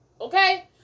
Okay